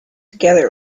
together